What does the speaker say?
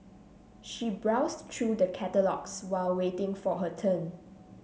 she browsed through the catalogues while waiting for her turn